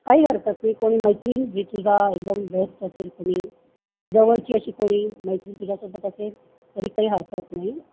काही हरकत नाही कोणी मैत्रीण जी तुझा एकदम बेस्ट असेल कुणी जवळची अशी कोणी मैत्रीण तुझ्यासोबत असेल तरी काही हरकत नाही